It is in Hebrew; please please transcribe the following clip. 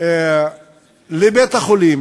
לבית-החולים